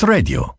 Radio